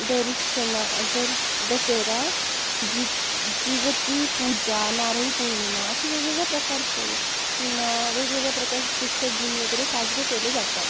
दर्शना दर्श दशेहरा जित् जिवती पूजा नारळी पौर्णिमा अशी वेगवेगळ्या प्रकारचे पुन्हा वेगवेगळ्या प्रकारचे शिक्षक दिन वगैरे साजरे केले जातात